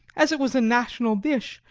as it was a national dish,